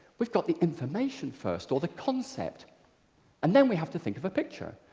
we've got the information first or the concept and then we have to think of a picture.